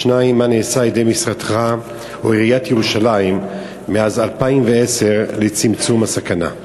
2. מה נעשה על-ידי משרדך או עיריית ירושלים מאז 2010 לצמצום הסכנה?